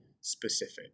specific